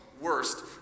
worst